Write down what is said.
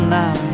now